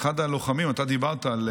אחד הלוחמים אתה דיברת על